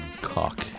Cock